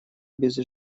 без